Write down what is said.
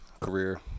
career